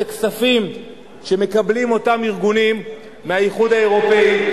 בכספים שמקבלים אותם ארגונים מהאיחוד האירופי,